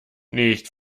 nicht